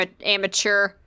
Amateur